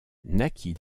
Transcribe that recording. naquit